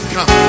Come